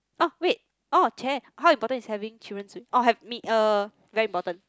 orh wait orh chey how important is having children orh me uh very important